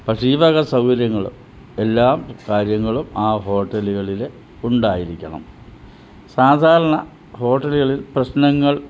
പക്ഷേ ഈ വക സൗകര്യങ്ങൾ എല്ലാം കാര്യങ്ങളും ആ ഹോട്ടലുകളിൽ ഉണ്ടായിരിക്കണം സാധാരണ ഹോട്ടലുകളിൽ പ്രശ്നങ്ങൾ